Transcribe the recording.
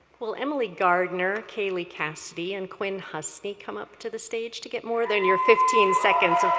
will emily gardner, caleigh cassidy, and quinn husney come up to the stage to get more than your fifteen seconds of